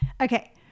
Okay